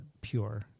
pure